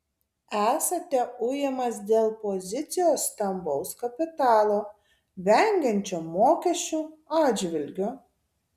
esate ujamas dėl pozicijos stambaus kapitalo vengiančio mokesčių atžvilgiu